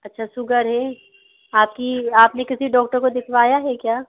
अच्छा शुगर है आपकी आपने किसी डॉक्टर को दिखवाया है क्या